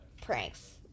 pranks